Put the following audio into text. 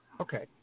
Okay